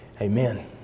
Amen